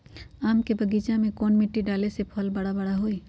आम के बगीचा में कौन मिट्टी डाले से फल बारा बारा होई?